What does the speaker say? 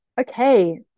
Okay